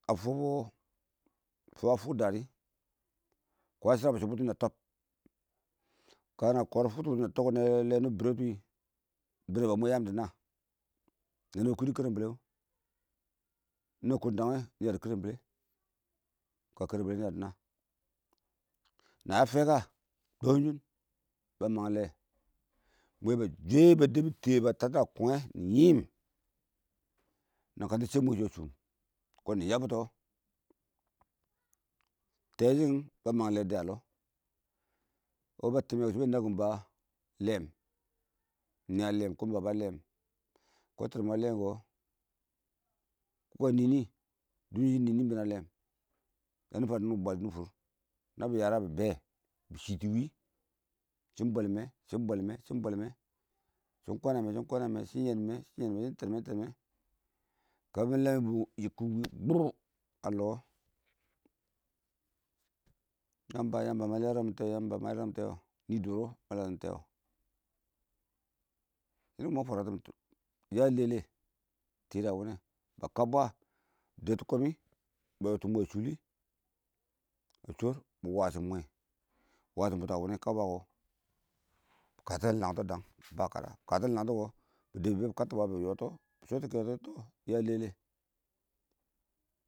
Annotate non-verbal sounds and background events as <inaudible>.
ma fʊ shɪ kə fʊk <unintelligible> kana fokdɔ bʊttʊ shɪn a tɔb kana kə difʊktʊ bʊttʊ shɪn a tɔb kɔ nana daan lɛ wʊni bɪ birretʊ wɪɪn binən ba mwɔ yaam dɪ naan shɪ naba kwadu karal bɛle wʊ na kʊn dang wɛ nɪ ya dɪ karal bɛtɛ noiya dɪ naa na ya fɛka tɔɔn shɪn mangim lɛ mwɛ ba shwa ba debi diyɛ ba tana kunge nɪ yɪn na kan tir shɛ mwɛ shʊ a shʊm nɪ yabbi tɔ tɛɛ shɪn ba mang lɛ dɪya a lɛ wɔ timiyi shɪn bɛn nakin balɛm nia lɛm iɪng kumba ba a lɛm kɔ tɛɛn mɪ lem kɔ bɪ fʊkke nɪɪn kʊ tɛɛn mɪ a lem yani fani wʊm bwa dini fʊr nabi yara bibe nabbi shɪtɪn wɪɪn shɪn bwelme, shɪn bwelme shɪn bwelme shɪn kwana mɪ shɪn kwaname shɪn yenme shɪn yen mɔ shɪ tɛɛnme tɛɛn mɛ kabɪ lɛ kɛ yikki wɪɪn bʊʊ a lɔ wɔ yamba yamba ma lerɛn ingtɛ wɔ ma lere te wɔ nɪ dʊrr wɔ ma lere te wo ma fwaratimin tʊlangshin ya lɛlɛ tida wʊne ba kambwe bɪ dɛttʊ komi ba yɔm mwɛ a shʊli a shʊr bɪ wshim mwɛ washim bʊttʊ a wʊne kə tɪ shɪm laktɔ dang kədə ingbeen katishimlaktɔ kɔ bɪ debbi bebi kattɔ bwe bɪ yɔttɔ bɪ chɔttʊ kɛtɔ tɔ ya lɛte.